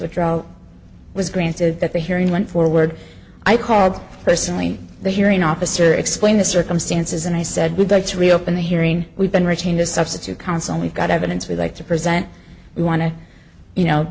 withdrawal was granted that the hearing went forward i called personally the hearing officer explain the circumstances and i said we'd like to reopen the hearing we've been retained as substitute counsel we've got evidence we like to present we want to you know